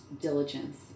diligence